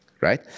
right